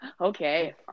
Okay